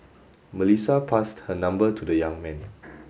Melissa passed her number to the young man